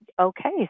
Okay